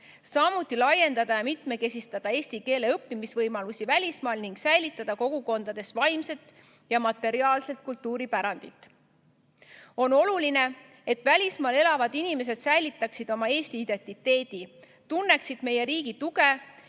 samuti laiendada ja mitmekesistada eesti keele õppimise võimalusi välismaal ning säilitada kogukondades vaimset ja materiaalset kultuuripärandit. On oluline, et välismaal elavad inimesed säilitaksid oma eesti identiteedi, tunneksid meie riigi tuge